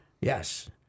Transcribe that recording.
Yes